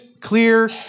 clear